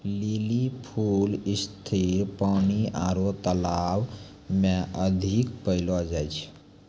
lily फूल स्थिर पानी आरु तालाब मे अधिक पैलो जाय छै